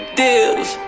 deals